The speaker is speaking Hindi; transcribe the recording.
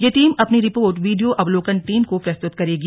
यह टीम अपनी रिपोर्ट वीडियो अवलोकन टीम को प्रस्तुत करेगी